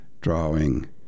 drawing